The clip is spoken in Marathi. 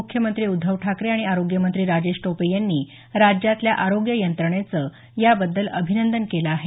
मुख्यमंत्री उद्धव ठाकरे आणि आरोग्य मंत्री राजेश टोपे यांनी राज्यातल्या आरोग्य यंत्रणेचं याबद्दल अभिनंदन केलं आहे